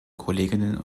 kolleginnen